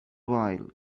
while